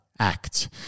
Act